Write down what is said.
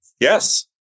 Yes